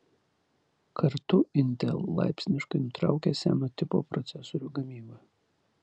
kartu intel laipsniškai nutraukia seno tipo procesorių gamybą